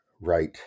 right